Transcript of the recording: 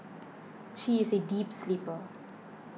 she is a deep sleeper